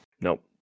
Nope